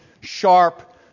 sharp